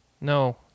No